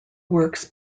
works